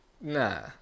Nah